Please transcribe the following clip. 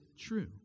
true